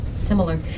similar